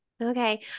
Okay